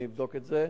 אני אבדוק את זה.